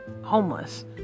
homeless